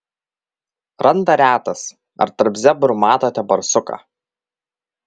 randa retas ar tarp zebrų matote barsuką